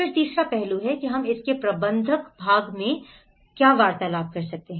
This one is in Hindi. फिर तीसरा पहलू है कि हम इसके प्रबंधन भाग के बारे में चर्चा करें